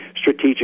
strategic